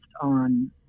on